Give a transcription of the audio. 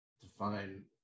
define